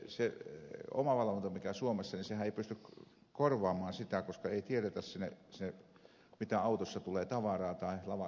se omavalvonta mikä on suomessa ei pysty korvaamaan sitä koska ei tiedetä mitä tavaraa tulee autossa tai lavakoilla